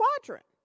quadrant